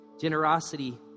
Generosity